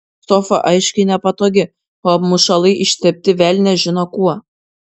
sofa aiškiai nepatogi o apmušalai ištepti velnias žino kuo